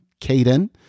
Caden